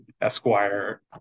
Esquire